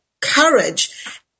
courage